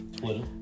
Twitter